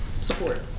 support